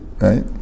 right